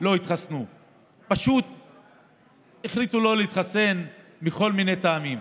פשוט הם החליטו לא להתחסן מכל מיני טעמים.